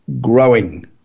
growing